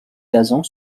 gazon